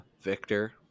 Victor